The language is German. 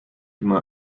immer